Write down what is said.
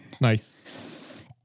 Nice